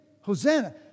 Hosanna